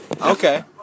okay